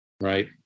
right